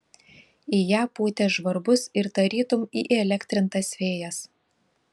į ją pūtė žvarbus ir tarytum įelektrintas vėjas